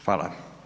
Hvala.